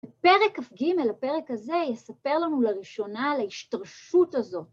בפרק כ"ג, הפרק הזה, יספר לנו לראשונה, על ההשתרשות הזאת.